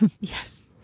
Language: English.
Yes